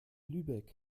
lübeck